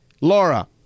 Laura